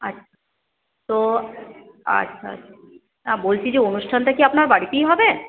আচ্ছা তো আচ্ছা আচ্ছা বলছি যে অনুষ্ঠানটা কি আপনার বাড়িতেই হবে